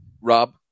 Rob